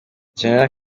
gen